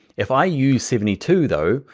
if i use seventy two, though,